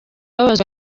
ababazwa